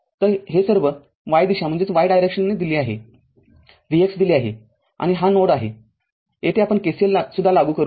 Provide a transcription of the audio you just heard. तरहे सर्व y दिशा दिली आहे Vx दिले आहे आणि हा नोड आहे येथे आपण KCL सुद्धा लागू करू